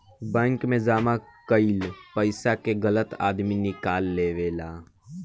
bank मे जमा कईल पइसा के गलत आदमी निकाल लेवेला